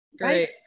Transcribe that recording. great